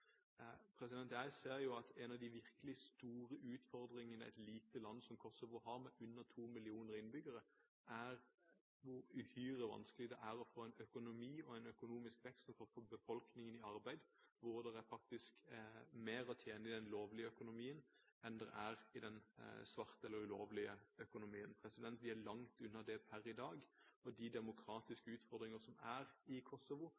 Jeg ser at en av de virkelig store utfordringene et lite land som Kosovo, med under 2 millioner innbyggere, har, er hvor uhyre vanskelig det er å få til en økonomi med økonomisk vekst og få befolkningen i arbeid, og hvor det faktisk er mer å tjene i den lovlige økonomien enn det er i den svarte – eller ulovlige – økonomien. Vi er langt under det per i dag, og de demokratiske utfordringer som er i Kosovo,